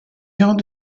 grains